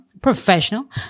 professional